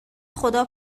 خدا